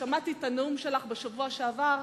שמעתי את הנאום שלך בשבוע שעבר.